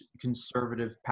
conservative